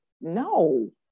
no